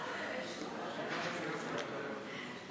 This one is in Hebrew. ההסתייגות (11)